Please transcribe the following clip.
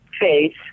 face